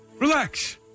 Relax